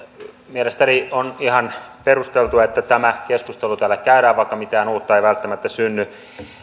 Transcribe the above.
mielestäni on ihan perusteltua että tämä keskustelu täällä käydään vaikka mitään uutta ei välttämättä synny